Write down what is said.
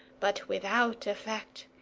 but without effect.